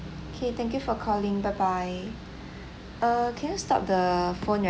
K thank you for calling bye bye err can you stop the phone